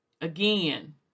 again